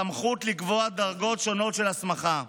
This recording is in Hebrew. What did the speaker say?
לשר הספורט סמכות לקבוע דרגות שונות של הסמכה: